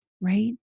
right